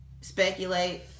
speculate